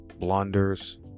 blunders